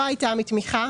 לא הייתה מתמיכה,